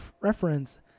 Reference